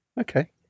okay